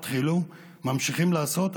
התחילו וממשיכים לעשות,